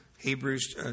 Hebrews